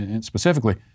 specifically